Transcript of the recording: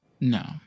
no